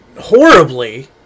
horribly